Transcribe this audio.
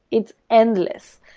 it's endless.